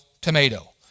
tomato